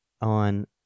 on